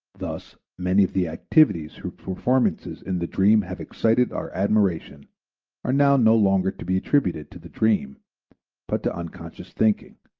thus many of the activities whose performances in the dream have excited our admiration are now no longer to be attributed to the dream but to unconscious thinking,